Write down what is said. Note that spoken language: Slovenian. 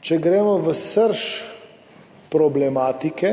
Če gremo v srž problematike,